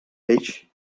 peix